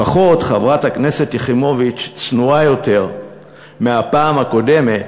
לפחות חברת הכנסת יחימוביץ צנועה יותר מבפעם הקודמת